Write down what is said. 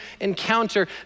encounter